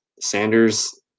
Sanders